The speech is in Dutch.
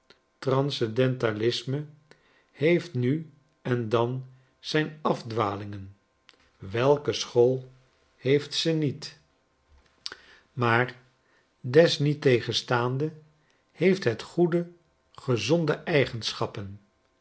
transcendentalisme heeft nu en dan zijn afdwalingen welke school heeft ze niet maar desniettegenstaande heeft het goede gezonde eigenschappen